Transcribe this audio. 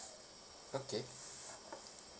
okay